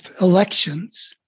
elections